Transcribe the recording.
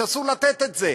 שאסור לתת את זה,